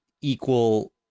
equal